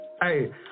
Hey